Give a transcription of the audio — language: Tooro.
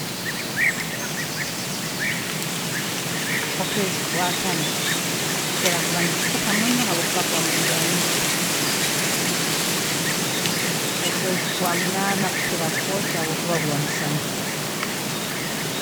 Okweezi kwa kana, kukira kuba nikufuka muno habwokuba kubamu enjura nyingi, okweezi kwa munaana kukira kwokya habwokuba guba musana